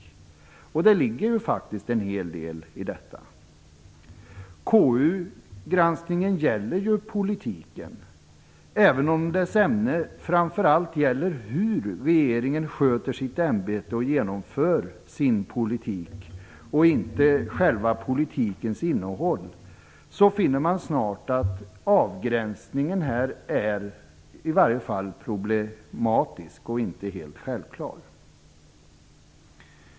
Det ligger faktiskt en hel del i detta. KU granskningen gäller politiken. Även om dess ämnen framför allt gäller hur regeringen sköter sitt ämbete och genomför sin politik och inte själva politikens innehåll finner man snart att avgränsningen i varje fall är problematisk och inte helt självklar.